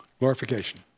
Glorification